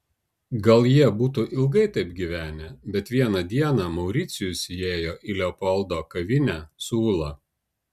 gal jie būtų ilgai taip gyvenę bet vieną dieną mauricijus įėjo į leopoldo kavinę su ula